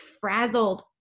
frazzled